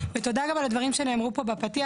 ותודה גם על הדברים שנאמרו פה בפתיח,